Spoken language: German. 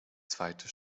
zweite